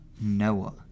noah